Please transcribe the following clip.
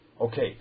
Okay